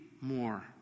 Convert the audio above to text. more